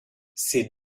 ces